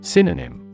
Synonym